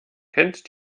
kennt